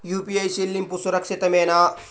UPI చెల్లింపు సురక్షితమేనా?